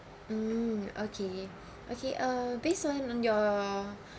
mm okay okay uh based on your